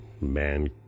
man